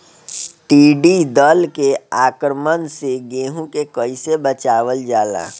टिडी दल के आक्रमण से गेहूँ के कइसे बचावल जाला?